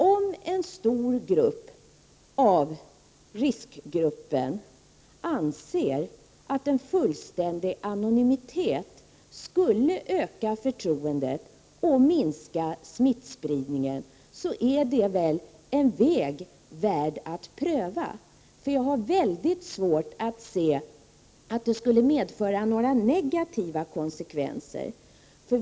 Om en stor andel av riskgruppen anser att en fullständig anonymitet skulle öka förtroendet och minska smittspridningen, är det väl en väg värd att pröva. Jag har mycket svårt att se att det skulle kunna medföra några negativa konsekvenser.